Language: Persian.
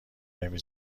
نمی